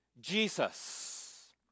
Jesus